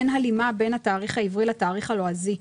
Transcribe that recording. אין הלימה בין התאריך העברי לתאריך הלועזי.